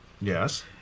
Yes